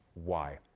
why?